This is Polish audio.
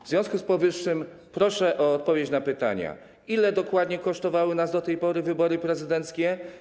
W związku z powyższym proszę o odpowiedź na pytania: Ile dokładnie kosztowały nas do tej pory wybory prezydenckie?